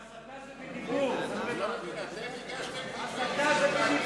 הסתה זה בדיבור, אין מה לעשות.